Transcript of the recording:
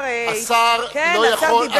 השר לא יכול, כבוד השר.